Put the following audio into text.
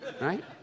right